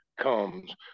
comes